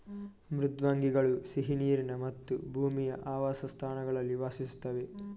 ಮೃದ್ವಂಗಿಗಳು ಸಿಹಿ ನೀರಿನ ಮತ್ತು ಭೂಮಿಯ ಆವಾಸಸ್ಥಾನಗಳಲ್ಲಿ ವಾಸಿಸುತ್ತವೆ